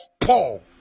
paul